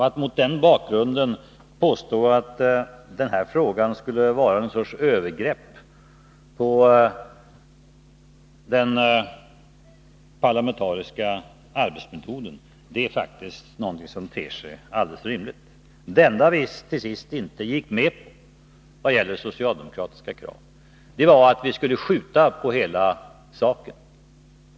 Att mot den bakgrunden, som Olof Palme gör, påstå att behandlingen av den här frågan skulle vara ett slags övergrepp på den parlamentariska arbetsmetoden, ter sig faktiskt alldeles orimligt. Det enda socialdemokratiska krav som vi till sist inte gick med på var att uppskjuta hela projektet.